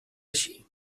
així